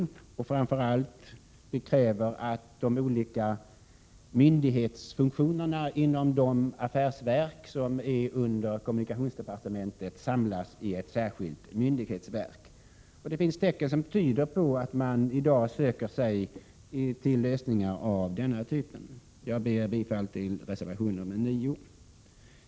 Vi kräver framför allt att de olika myndighetsfunktionerna inom de affärsverk som är under kommunikationsdepartementet samlas i ett särskilt myndighetsverk. Det finns tecken som tyder på att man i dag söker sig till lösningar av denna typ. Jag yrkar bifall till reservation 9.